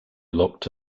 locked